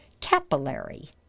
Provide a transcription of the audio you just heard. Capillary